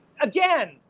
again